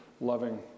loving